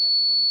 תיאטרון,